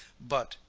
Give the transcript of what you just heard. but,